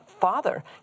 father